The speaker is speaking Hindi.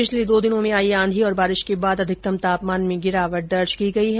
पिछले दो दिनों में आई आंधी और बारिश के बाद अधिकतम तापमान में गिरावट दर्ज की गई है